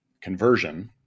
conversion